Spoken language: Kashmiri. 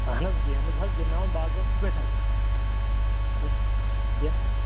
اَہَن حظ گیمٕز حظ گِنٛدناوان باظٲبِطہٕ پٲٹھۍ حظ